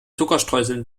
zuckerstreuseln